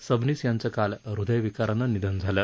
सबनीस यांचं काल ह्रदयविकारानं निधन झालं